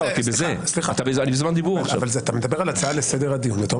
אתה מדבר על הצעה לסדר הדיון ואתה גם